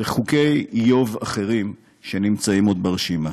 וחוקי איוב אחרים שנמצאים עוד ברשימה.